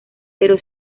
pero